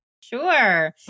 Sure